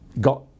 got